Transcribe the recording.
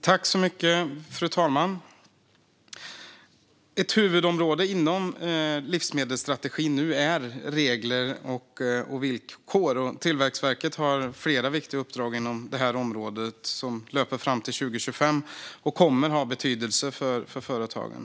Fru talman! Ett huvudområde inom livsmedelsstrategin nu är regler och villkor. Tillväxtverket har flera viktiga uppdrag inom det området som löper fram till 2025 och som kommer att ha betydelse för företagen.